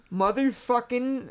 motherfucking